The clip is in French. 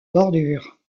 bordure